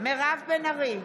מירב בן ארי,